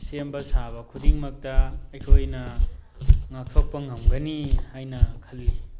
ꯁꯦꯝꯕ ꯁꯥꯕ ꯈꯨꯁꯤꯡꯃꯛꯇ ꯑꯩꯈꯣꯏꯅ ꯉꯥꯛꯊꯣꯛꯄ ꯉꯝꯒꯅꯤ ꯍꯥꯏꯅ ꯈꯜꯂꯤ